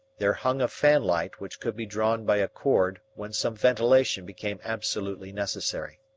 there hung a fanlight which could be drawn by a cord when some ventilation became absolutely necessary.